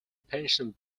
pension